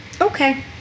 Okay